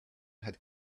had